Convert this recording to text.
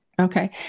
Okay